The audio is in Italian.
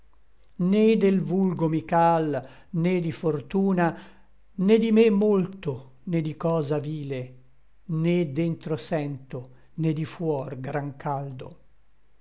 né del vulgo mi cal né di fortuna né di me molto né di cosa vile né dentro sento né di fuor gran caldo